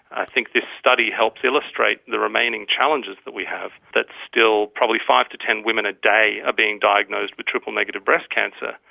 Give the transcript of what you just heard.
i think this study helps illustrate the remaining challenges that we have that still probably five to ten women a day are being diagnosed with triple-negative breast cancer,